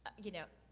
you know,